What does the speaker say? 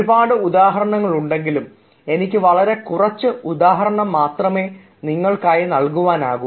ഒരുപാട് ഉദാഹരണങ്ങൾ ഉണ്ടെങ്കിലും എനിക്ക് വളരെ കുറച്ച് ഉദാഹരണങ്ങൾ മാത്രമേ നിങ്ങൾക്കായി നൽകാനാകൂ